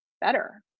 better